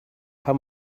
how